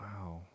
wow